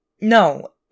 No